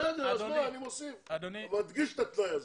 בסדר, אני מוסיף ומדגיש את התנאי הזה.